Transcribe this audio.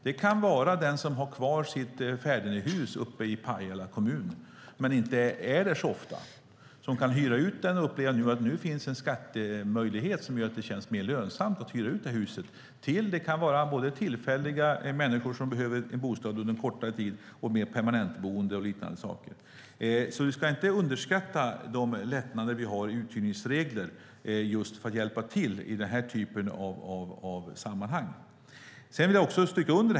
Den som har kvar sitt fädernehus i Pajala kommun men inte är där så ofta upptäcker kanske att det nu finns en skatteregel som gör att det är mer lönsamt att hyra ut huset. Det kan vara till människor som behöver en bostad under kortare tid, och det kan vara till permanentboende. Vi ska inte underskatta lättnaderna i uthyrningsreglerna när det gäller att hjälpa till i sammanhanget.